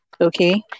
okay